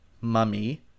mummy